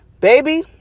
Baby